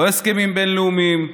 לא הסכמים בין-לאומיים,